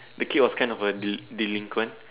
the kid was kind of a deli~ delinquent